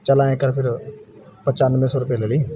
ਚਲ ਐਂ ਕਰ ਫਿਰ ਪਚਾਨਵੇਂ ਸੌ ਰੁਪਏ ਲੈ ਲਈ